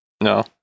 No